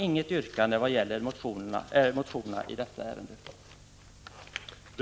== gage ARR ; a Er Socialavgifter